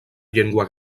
llengua